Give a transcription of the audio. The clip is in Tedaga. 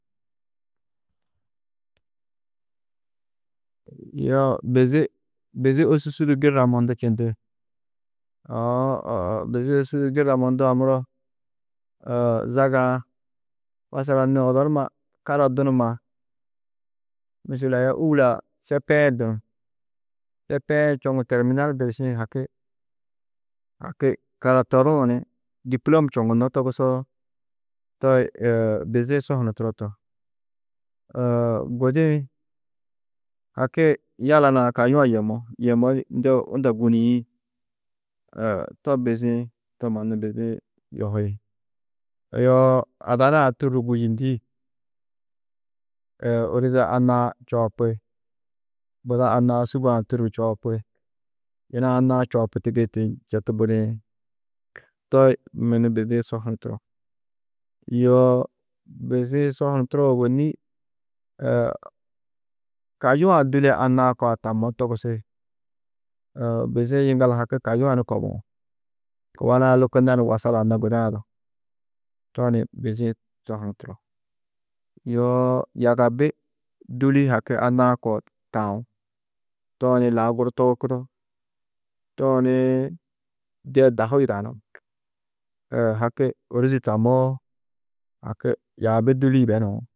Yoo bizi, bizi ôsusu du girra mudu čindi, uũ bizi ôsusu du girra mundu-ã muro zaga-ã masalan nû odo numa kara dunumma, misil aya ôulaa sp1 dunum, sp1 čoŋu terminal ŋgirišĩ haki, haki karatoruũ ni dîpulom čoŋunnó togusoo, to bizi-ĩ so hunu turo to. gudi-ĩ haki yala nuã kayuã yemmó, yemmodi, ndeu unda gûniĩ, to bizi-ĩ. To mannu bizi-ĩ yohi, yoo ada nuã tûrru gûyindi, ôroze annaa čoopi, buda annaa sûg-ã tûrru čoopi, yina annaa čoopu tigiitu četu budiĩ, to minnu bizi-ĩ so hunu turo. Yoo bizi-ĩ so hunu turo ôwonni kayuã didi annaa kua tammó koo togusi, bizi-ĩ yiŋgallu haki kayuã ni kobuú, kuba nuã lôko nani wasaga, anna gudaa-ã du, to ni bizi-ĩ so hunu turo, yoo yagabi dûli haki annaa koo taú, tooni lau guru togurkudo, tooni de dahu yidanú, haki ôrozi tamoó haki yaabi dûli yibenuú.